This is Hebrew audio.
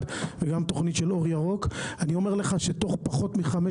וגם תוכנית של אור ירוק אני אומר לך שתוך פחות מחמש